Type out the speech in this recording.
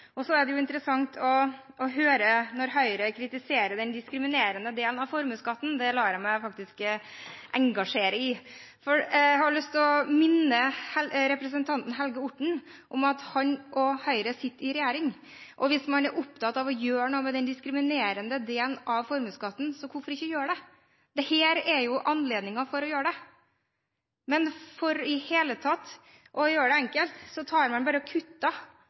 Det er interessant å høre Høyre kritisere den diskriminerende delen av formuesskatten. Det lar jeg meg engasjere i. Jeg har lyst til å minne representanten Helge Orten om at Høyre sitter i regjering. Hvis man er opptatt av å gjøre noe med den diskriminerende delen av formuesskatten, så hvorfor ikke gjøre det? Dette er jo anledningen til å gjøre det! Men for å gjøre det enkelt tar man bare og kutter uten å vite hva som er det